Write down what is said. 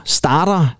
starter